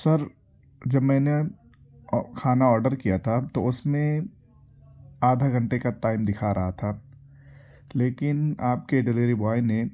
سر جب میں نے کھانا آرڈر کیا تھا تو اس میں آدھا گھنٹے کا ٹائم دکھا رہا تھا لیکن آپ کے ڈیلری بوائے نے